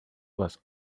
was